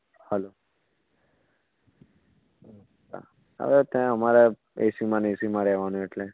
hello હા હવે ત્યાં અમારે એસીમાં ને એસીમાં રહેવાનું એટલે